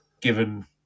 given